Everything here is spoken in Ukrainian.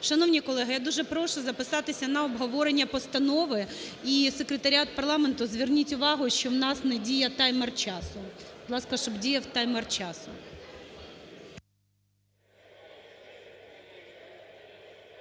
Шановні колеги, я дуже прошу записатися на обговорення постанови. І, секретаріат парламенту, зверніть увагу, що у нас не діє таймер часу. Будь ласка, щоб діяв таймер часу.